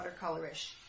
watercolorish